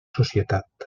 societat